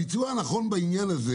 הביצוע הנכון בעניין הזה